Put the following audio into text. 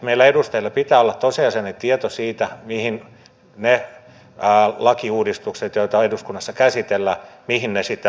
meillä edustajilla pitää olla tosiasiallinen tieto siitä mihin ne lakiuudistukset joita eduskunnassa käsitellään sitten aikanaan johtavat